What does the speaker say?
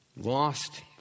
Lost